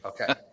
Okay